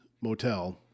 Motel